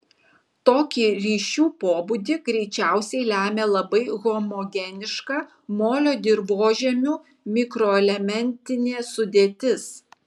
tokį ryšių pobūdį greičiausiai lemia labai homogeniška molio dirvožemių mikroelementinė sudėtis